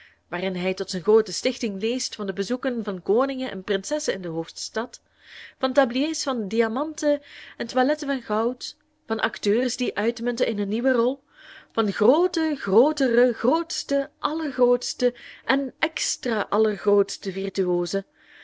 waarin hij tot zijn groote stichting leest van de bezoeken van koningen en prinsessen in de hoofdstad van tabliers van diamanten en toiletten van goud van acteurs die uitmunten in hun nieuwe rol van groote grootere grootste allergrootste en extra allergrootste